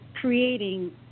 creating